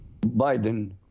Biden